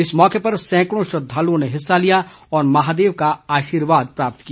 इस मौके सैंकड़ों श्रद्वालुओं ने हिस्सा लिया और महादेव का आर्शीवाद प्राप्त किया